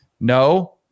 no